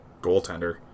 goaltender